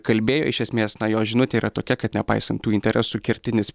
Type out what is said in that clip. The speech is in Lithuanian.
kalbėjo iš esmės na jo žinutė yra tokia kad nepaisant tų interesų kertinis